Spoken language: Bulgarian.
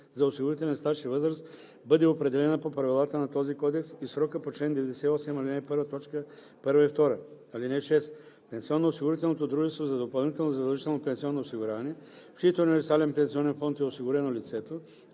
за осигурителен стаж и възраст бъде определена по правилата на този кодекс и в срока по чл. 98, ал. 1, т. 1 и 2. (6) Пенсионноосигурителното дружество за допълнително задължително пенсионно осигуряване, в чиито универсален пенсионен фонд е осигурено лицето,